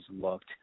looked